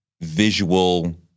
visual